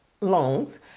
loans